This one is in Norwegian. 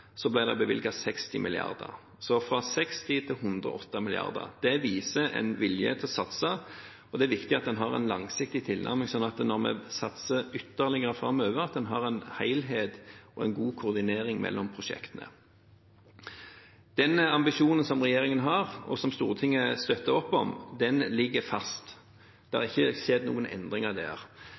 fra 60 mrd. kr til 108 mrd. kr. Det viser en vilje til å satse, og det er viktig med en langsiktig tilnærming, slik at en når en satser ytterligere framover, har en helhet og en god koordinering mellom prosjektene. Den ambisjonen som regjeringen har, og som Stortinget støtter opp om, ligger fast. Det er ikke skjedd noen endringer der.